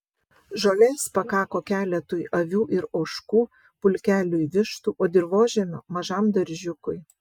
žolės pakako keletui avių ir ožkų pulkeliui vištų o dirvožemio mažam daržiukui